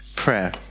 prayer